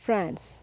France